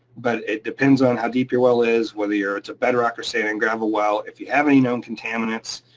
but it depends on how deep your well is, whether you're. it's a bedrock or sand and gravel well. if you have any known contaminants,